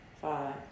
five